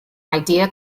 idea